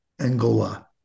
Angola